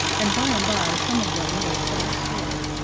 and by-and-by some of them lay quite still,